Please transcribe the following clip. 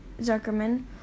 zuckerman